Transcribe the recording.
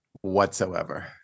whatsoever